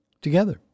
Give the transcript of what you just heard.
Together